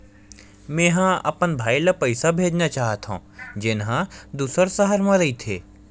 मेंहा अपन भाई ला पइसा भेजना चाहत हव, जेन हा दूसर शहर मा रहिथे